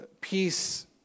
peace